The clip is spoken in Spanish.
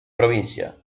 provincia